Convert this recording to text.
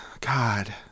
God